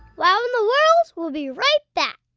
wow in the world will be right back.